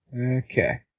Okay